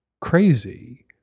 crazy